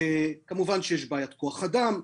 כמובן, יש בעיית כוח אדם,